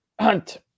hunt